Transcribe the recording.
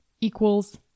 equals